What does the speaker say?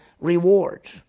rewards